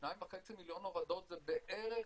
2.5 מיליון הורדות זה בערך,